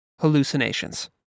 Hallucinations